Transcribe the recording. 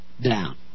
down